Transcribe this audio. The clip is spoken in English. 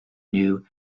new